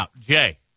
Jay